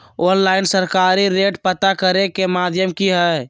Online सरकारी rate पता करे के माध्यम की हय?